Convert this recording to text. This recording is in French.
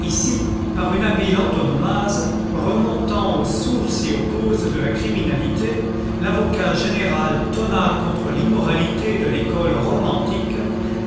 ici par une habile antonomase remontant aux sources et aux causes de la criminalité l'avocat général tonna contre l'immoralité de l'école romantique